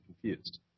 Confused